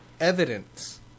evidence